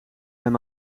hem